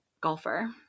golfer